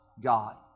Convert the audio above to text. God